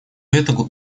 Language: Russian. это